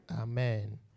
Amen